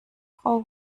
frau